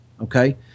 Okay